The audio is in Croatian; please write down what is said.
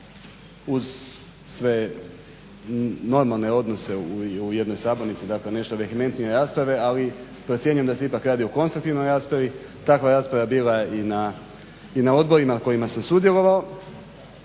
uz sve normalne odnose u jednoj sabornici, dakle nešto vehementnije rasprave. Ali procjenjujem da se ipak radi o konstruktivnoj raspravi. Takva rasprava je bila i na odborima kojima sam sudjelovao.